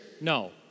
No